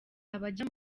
abajya